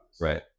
right